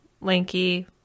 lanky